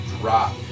drop